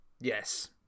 Yes